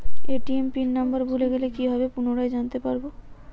ATM pin number ভুলে গেলে কি ভাবে পুনরায় জানতে পারবো?